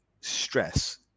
stress